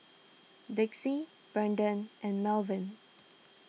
Dixie Braden and Melvin